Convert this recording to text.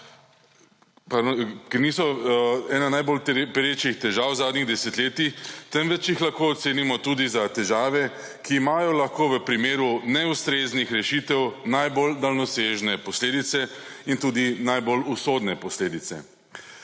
ki niso le ena najbolj perečih težav zadnjih desetletij, temveč jih lahko ocenimo tudi za težave, ki imajo lahko v primeru neustreznih rešitev najbolj daljnosežne posledice in tudi najbolj usodne posledice.